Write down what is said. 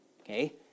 Okay